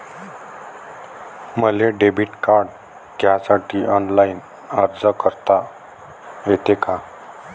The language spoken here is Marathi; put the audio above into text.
मले डेबिट कार्ड घ्यासाठी ऑनलाईन अर्ज करता येते का?